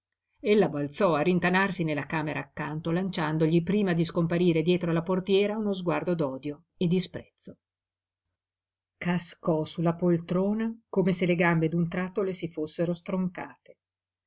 signore ella balzò a rintanarsi nella camera accanto lanciandogli prima di scomparire dietro la portiera uno sguardo d'odio e di sprezzo cascò su la poltrona come se le gambe d'un tratto le si fossero stroncate